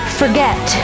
forget